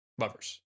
lovers